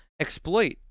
exploit